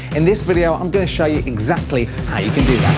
in this video, i'm going to show you exactly how you can do